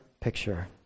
picture